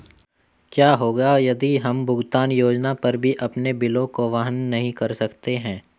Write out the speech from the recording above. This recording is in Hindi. क्या होगा यदि हम भुगतान योजना पर भी अपने बिलों को वहन नहीं कर सकते हैं?